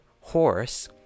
horse